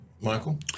michael